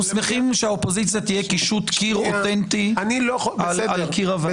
אנחנו שמחים שהאופוזיציה תהיה קישוט קיר אוטנטי על קיר הוועדה.